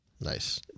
Nice